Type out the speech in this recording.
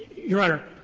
your honor,